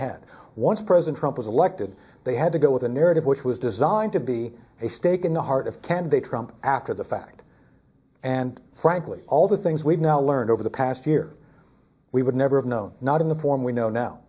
had once president trump was elected they had to go with a narrative which was designed to be a stake in the heart of can they trump after the fact and frankly all the things we've now learned over the past year we would never have known not in the form we know now